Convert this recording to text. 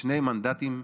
שני מנדטים,